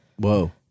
Whoa